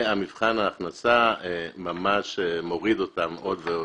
ומבחן ההכנסה מוריד אותם עוד ועוד.